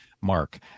mark